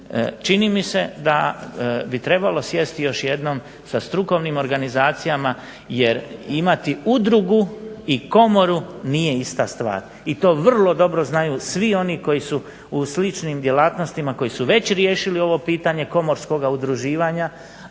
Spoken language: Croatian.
Čini mi se da bi trebalo sjesti još jednom sa strukovnim organizacijama jer imati udrugu i komoru nije ista stvar i to vrlo dobro znaju svi oni koji su u sličnim djelatnostima, koji su već riješili ovo pitanje komorskoga udruživanja,